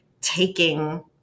taking